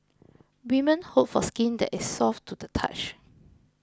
women hope for skin that is soft to the touch